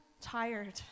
tired